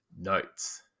notes